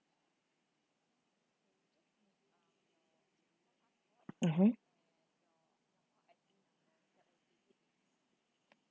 mmhmm